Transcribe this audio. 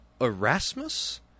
Erasmus